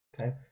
okay